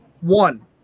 One